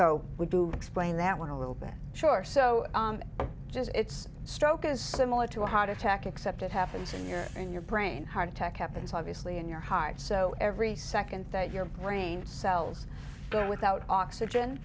so we do explain that one a little bit sure so just it's stroke is similar to a heart attack except it happens in your in your brain heart attack happens obviously in your heart so every second that your brain cells go without oxygen